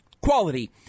quality